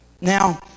Now